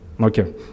okay